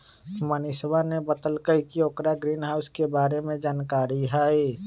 मनीषवा ने बतल कई कि ओकरा ग्रीनहाउस के बारे में जानकारी हई